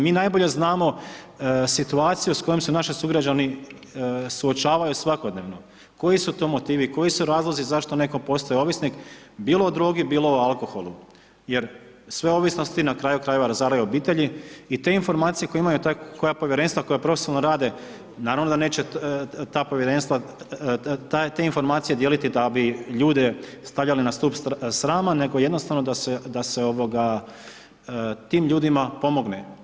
Mi najbolje znamo situaciju s kojom se naši sugrađani suočavaju svakodnevno, koji su to motivi, koji su razlozi zašto netko postaje ovisnik, bilo o drogi, bilo o alkoholu, jer sve ovisnosti na kraju krajeva razaraju obitelji i te informacije koje imaju taj, koja povjerenstava koja profesionalno rade naravno da neće ta povjerenstva te informacije dijeliti da bi ljude stavljali na stup srama nego jednostavno da se ovoga tim ljudima pomogne.